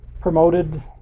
promoted